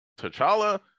T'Challa